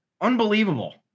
Unbelievable